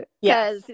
Yes